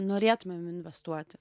norėtumėm investuot